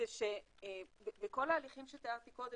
זה שבכל ההליכים שתיארתי קודם,